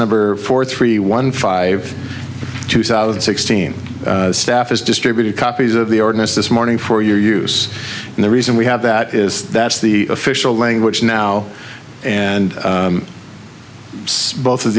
number four three one five two thousand and sixteen staffers distributed copies of the ordinance this morning for your use and the reason we have that is that's the official language now and both of